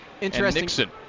Interesting